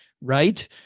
Right